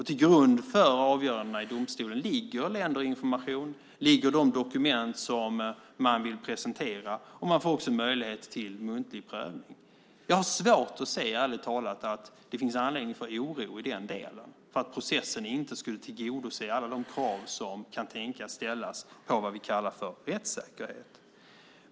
Till grund för avgörandena i domstol ligger länderinformation och de dokument som man vill presentera, och man får också möjlighet till muntlig prövning. Jag har, ärligt talat, svårt att se att det finns anledning till oro i den delen för att processen inte skulle tillgodose alla de krav som kan tänkas ställas på det vi kallar rättssäkerhet.